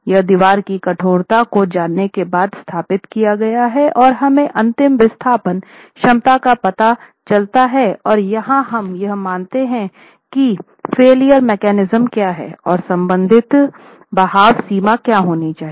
यह दीवार की कठोरता को जानने के बाद स्थापित किया गया है और हमे अंतिम विस्थापन क्षमता का पता चलता है और यहाँ हम यह मानते हैं की फेलियर मैकेनिज्म क्या है और संबंधित बहाव सीमा क्या होनी चाहिए